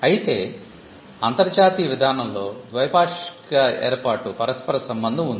అయితే అంతర్జాతీయ విధానంలో ద్వైపాక్షిక ఏర్పాటుపరస్పర సంబంధం ఉంది